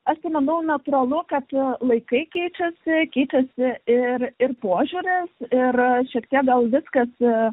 aš tai manau natūralu kad aikai keičiasi keitėsi ir ir požiūris ir šiek tiek gal viskas ir